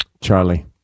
Charlie